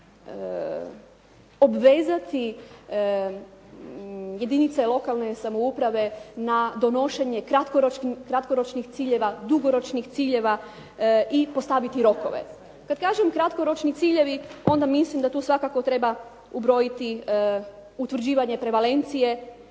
obvezati jedinice lokalne samouprave na donošenje kratkoročnih ciljeva, dugoročnih ciljeva i postaviti rokove. Kad kažem kratkoročni ciljevi, onda mislim da tu svakako treba ubrojiti utvrđivanje prevalencije,